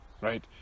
Right